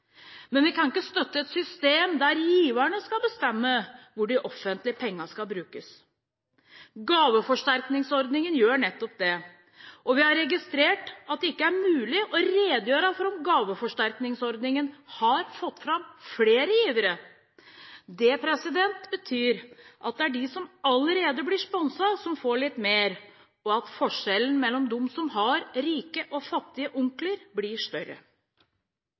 men vi kan ikke støtte et system der giverne skal bestemme hvor de offentlige pengene skal brukes. Gaveforsterkningsordningen gjør nettopp det, og vi har registrert at det ikke er mulig å redegjøre for om gaveforsterkningsordningen har fått fram flere givere. Det betyr at det er de som allerede blir sponset, som får litt mer, og at forskjellen mellom dem som har rike og fattige onkler, blir større.